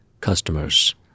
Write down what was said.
customers